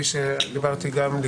יש